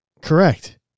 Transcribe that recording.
Correct